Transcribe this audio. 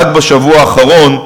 רק בשבוע האחרון,